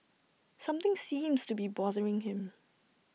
something seems to be bothering him